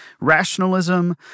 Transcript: rationalism